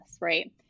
right